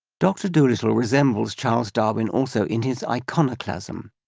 dr dolittle resembles charles darwin also in his iconoclasm.